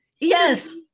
Yes